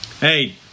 Hey